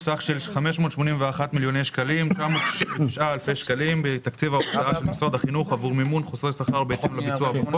גם כדי לאפשר איזושהי פריסה עד יום חמישי של יתר ההעברות.